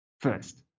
first